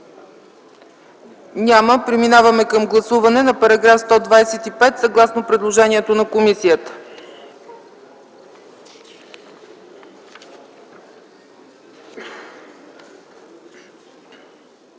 Няма. Преминаваме към гласуване на § 125 съгласно предложението на комисията.